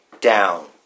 down